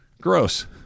gross